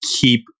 keep